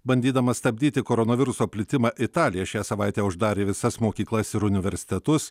bandydama stabdyti koronaviruso plitimą italija šią savaitę uždarė visas mokyklas ir universitetus